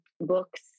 books